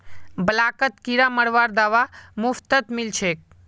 ब्लॉकत किरा मरवार दवा मुफ्तत मिल छेक